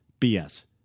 BS